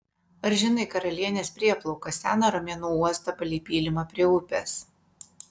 ar žinai karalienės prieplauką seną romėnų uostą palei pylimą prie upės